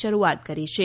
શરૂઆત કરી છે